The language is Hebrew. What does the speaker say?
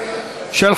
התשע"ו 2016,